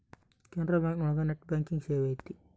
Canara bank ಒಳಗ net banking ಸೇವೆ ಐತಿ